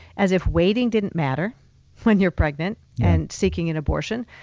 as if waiting didn't matter when you're pregnant and seeking an abortion,